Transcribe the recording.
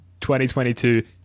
2022